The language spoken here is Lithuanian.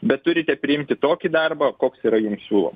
bet turite priimti tokį darbą koks yra jum siūlom